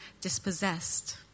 dispossessed